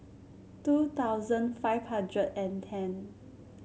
two thousand five hundred and ten